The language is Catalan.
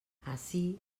ací